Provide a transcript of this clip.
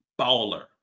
baller